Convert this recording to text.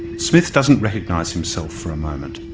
smith doesn't recognise himself for a moment.